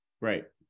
right